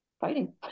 fighting